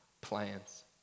plans